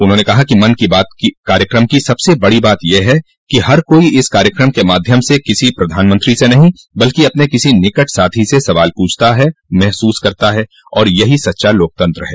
उन्होंने कहा कि मन की बात कार्यक्रम की सबसे बड़ी बात यह है कि हर कोई इस कार्यक्रम के माध्यम से किसी प्रधानमंत्री से नहीं बल्कि अपने किसी निकट साथी से सवाल पूछता महसूस करता है और यही सच्चा लोकतंत्र है